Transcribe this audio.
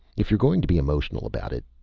if you're going to be emotional about it,